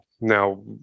now